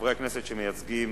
חברי הכנסת שמייצגים